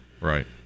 Right